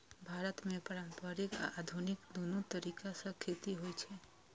भारत मे पारंपरिक आ आधुनिक, दुनू तरीका सं खेती होइ छै